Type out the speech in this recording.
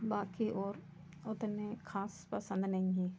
बाक़ी और उतने ख़ास पसंद नहीं हैं